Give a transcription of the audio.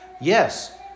Yes